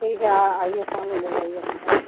ٹھیک ہے آئیے سام میں لے جائیے اپنا خام